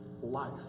life